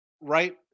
right